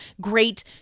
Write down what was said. great